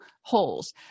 holes